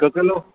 हिकु किलो